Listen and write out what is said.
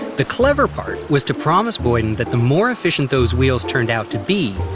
the clever part was to promise boyden that the more efficient those wheels turned out to be,